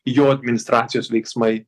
jo administracijos veiksmai